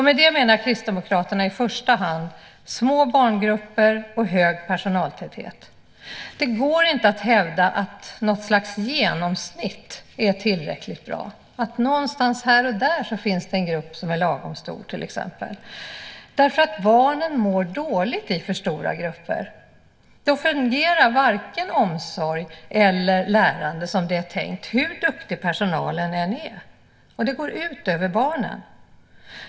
Med det menar Kristdemokraterna i första hand små barngrupper och hög personaltäthet. Det går inte att hävda att något slags genomsnitt är tillräckligt bra, att någonstans här och där finns det en grupp som är lagom stor till exempel, därför att barnen mår dåligt i för stora grupper. Då fungerar varken omsorg eller lärande som det är tänkt, hur duktig personalen än är, och det går ut över barnen.